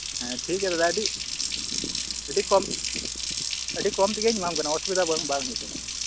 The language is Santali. ᱦᱮᱸ ᱴᱷᱤᱠ ᱜᱮᱭᱟ ᱫᱟᱫᱟ ᱟᱹᱰᱤ ᱟᱹᱰᱤ ᱠᱚᱢ ᱟᱹᱰᱤ ᱠᱚᱢ ᱛᱮᱜᱮᱧ ᱮᱢᱟᱢ ᱠᱟᱱᱟ ᱚᱥᱩᱵᱤᱫᱟ ᱵᱟᱝ ᱵᱟᱝ ᱦᱩᱭᱩᱜᱼᱟ